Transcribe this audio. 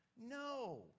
No